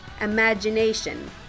imagination